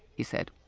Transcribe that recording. he said,